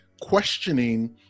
questioning